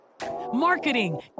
marketing